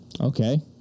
Okay